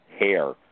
hair